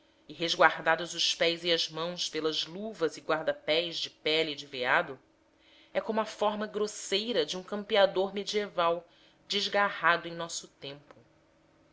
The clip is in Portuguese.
e resguardados os pés e as mãos pelas luvas e guarda pés de pele de veado é como a forma grosseira de um campeador medieval desgarrado em nosso tempo